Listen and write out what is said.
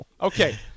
okay